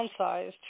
downsized